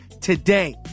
today